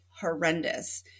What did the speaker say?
horrendous